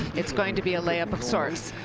it's going to be a layup of sorts.